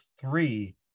three